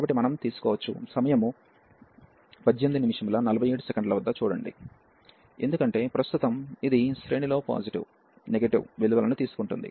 కాబట్టి మనం తీసుకోవచ్చు సమయం 1847 చూడండి ఎందుకంటే ప్రస్తుతం ఇది శ్రేణిలో పాజిటివ్ నెగటివ్ విలువలను తీసుకుంటోంది